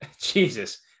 Jesus